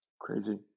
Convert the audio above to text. crazy